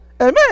Amen